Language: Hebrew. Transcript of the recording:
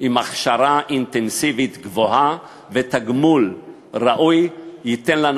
עם הכשרה אינטנסיבית גבוהה ותגמול ראוי ייתן לנו